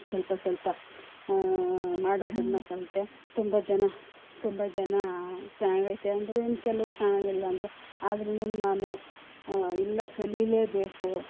ಸ್ವಲ್ಪ ಸ್ವಲ್ಪ ಮಾಡೋದನ್ನು ಕಲಿತೆ ತುಂಬ ಜನ ತುಂಬ ಜನ ಚೆನ್ನಾಗೈತೆ ಅಂದರು ಇನ್ನು ಕೆಲವ್ರು ಚೆನ್ನಾಗಿಲ್ಲ ಅಂದರು ಆದ್ರೂ ನಾನು ಇಲ್ಲ ಕಲೀಲೇಬೇಕು